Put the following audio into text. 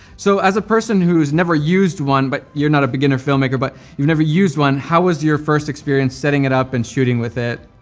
so, as a person who's never used one, but you're not a beginner filmmaker, but you've never used one, how was your first experience setting it up and shooting with it?